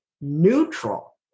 neutral